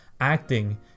acting